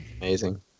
amazing